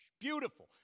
Beautiful